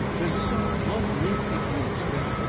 there is a sort of blood link between us, willie.